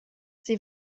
sie